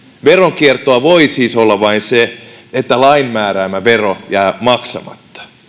veronkiertoa voi siis olla vain se että lain määräämä vero jää maksamatta